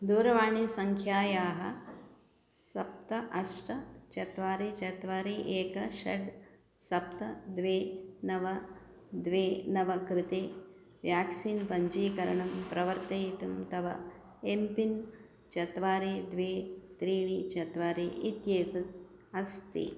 दूरवाणीसङ्ख्यायाः सप्त अष्ट चत्वारि चत्वारि एकं षड् सप्त द्वे नव द्वे नव कृते व्याक्सीन् पञ्जीकरणं प्रवर्तयितुं तव एम् पिन् चत्वारि द्वे त्रीणि चत्वारि इत्येतत् अस्ति